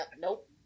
nope